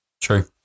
True